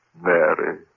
Mary